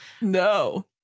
no